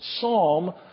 psalm